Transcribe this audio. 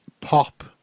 pop